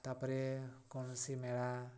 ତାପରେ କୌଣସି ମେଳା